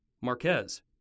Marquez